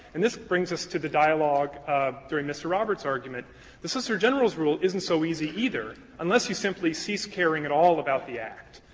and this brings us to the dialogue during mr. roberts' argument the solicitor general's rule isn't so easy, either, unless you simply cease caring at all about the act.